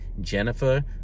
Jennifer